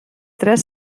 tres